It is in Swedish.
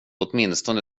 åtminstone